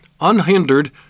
unhindered